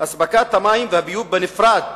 אספקת המים והביוב בנפרד